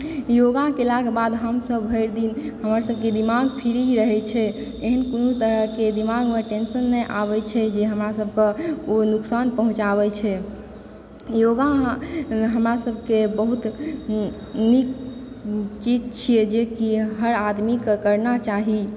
योगा केलाके बाद हम सभ भरिदिन हमर सभके दिमाग फ्री रहै छै एहन कोनो तरहके दिमाग मे टेंशन नहि आबै छै जे हमरा सभके ओ नुकसान पहुँचाबे छै योगा हमरा सभके बहुत नीक चीज छियै जे कि हर आदमीके करना चाही